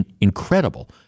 incredible